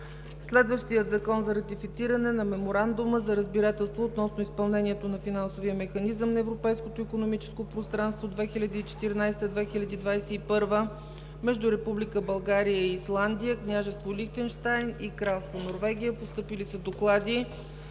Законопроект за ратифициране на Меморандума за разбирателство относно изпълнението на Финансовия механизъм на Европейското икономическо пространство 2014 – 2021 между Република България и Исландия, Княжество Лихтенщайн и Кралство Норвегия, №